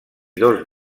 dos